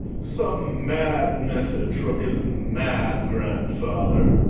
some mad message from his mad grandfather.